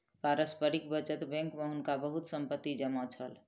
पारस्परिक बचत बैंक में हुनका बहुत संपत्ति जमा छल